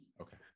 Okay